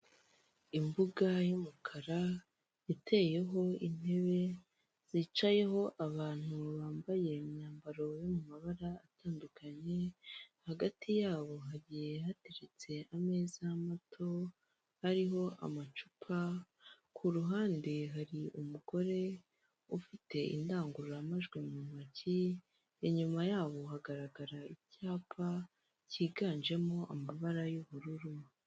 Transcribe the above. Imbuga y'umukara iteyeho intebe zicayeho abantu bambaye imyambaro yo mu mabara atandukanye, hagati yabo hagiye hatetse ameza mato hariho amacupa, ku ruhande hari umugore ufite indangururamajwi mu ntoki, inyuma yabo hagaragara icyapa cyiganjemo amabara y'ubururu.